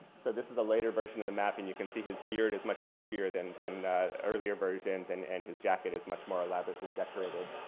so this is a later version of the map. and you can see his beard is much bushier than than earlier versions and and his jacket is much more elaborately decorated.